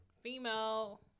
female